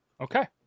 Okay